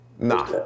Nah